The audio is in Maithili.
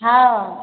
हाँ